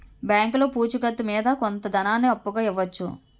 బ్యాంకులో పూచి కత్తు మీద కొంత ధనాన్ని అప్పుగా ఇవ్వవచ్చు